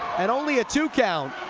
and only a two count